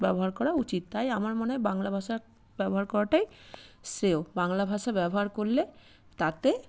ব্যবহার করা উচিত তাই আমার মনে হয় বাংলা ভাষা ব্যবহার করাটাই শ্রেয় বাংলা ভাষা ব্যবহার করলে তাতে